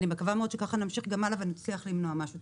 אני מקווה מאוד שככה נמשיך גם הלאה ונצליח למנוע משהו.